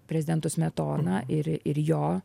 prezidentu smetona ir ir jo